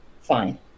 fine